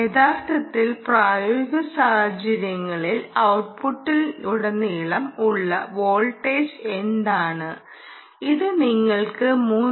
യഥാർത്ഥത്തിൽ പ്രായോഗിക സാഹചര്യങ്ങളിൽ ഔട്ട്പുട്ടിലുടനീളം ഉള്ള വോൾട്ടേജ് എന്താണ് ഇത് നിങ്ങൾക്ക് 3